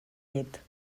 llit